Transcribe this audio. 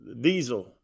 Diesel